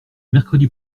mercredi